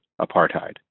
apartheid